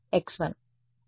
విద్యార్థి సరే